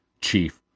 Chief